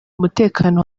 umutekano